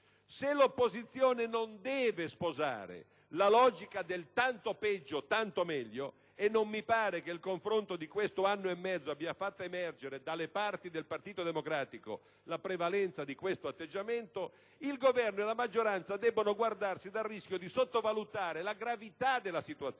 Se l'opposizione non deve sposare la logica del tanto peggio, tanto meglio - e non mi pare che il confronto di questo anno e mezzo abbia fatto emergere, dalle parti del Partito Democratico, la prevalenza di questo atteggiamento - il Governo e la maggioranza debbono guardarsi dal rischio di sottovalutare la gravità della situazione.